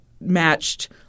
matched